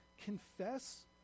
confess